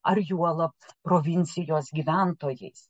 ar juolab provincijos gyventojais